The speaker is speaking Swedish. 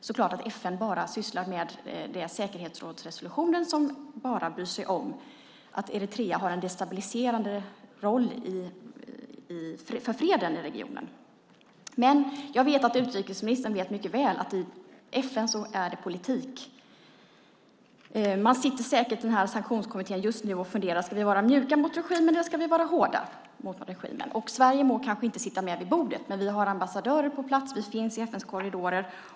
Självklart bryr sig FN i säkerhetsrådsresolutionen bara om att Eritrea har en destabiliserande roll för freden i regionen. Utrikesministern vet dock mycket väl att FN är politik. Just nu sitter man säkert i sanktionskommittén och funderar på om man ska vara mjuk eller hård mot regimen. Sverige sitter inte med vid bordet, men vi har ambassadörer på plats och vi finns i FN:s korridorer.